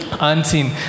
Unseen